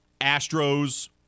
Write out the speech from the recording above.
Astros